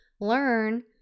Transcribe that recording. learn